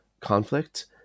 conflict